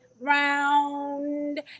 round